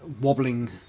wobbling